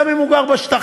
גם אם הוא גר בשטחים,